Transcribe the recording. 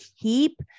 keep